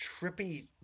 trippy